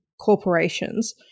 corporations